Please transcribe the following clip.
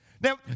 Now